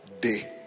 day